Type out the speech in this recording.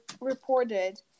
reported